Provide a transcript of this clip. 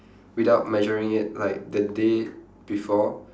without measuring it like the day before